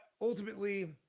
ultimately